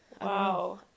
Wow